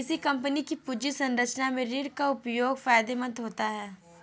किसी कंपनी की पूंजी संरचना में ऋण का उपयोग फायदेमंद होता है